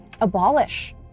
Abolish